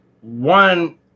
one